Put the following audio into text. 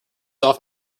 often